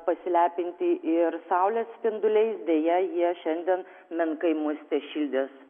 pasilepinti ir saulės spinduliais deja jie šiandien menkai mus tešildys